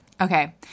Okay